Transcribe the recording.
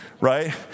right